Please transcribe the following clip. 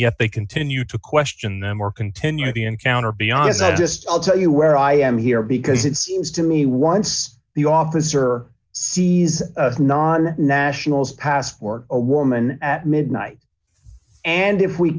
yet they continue to question them or continue the encounter beyond as i just i'll tell you where i am here because it seems to me once the officer sees a non nationals passport a woman at midnight and if we